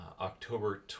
October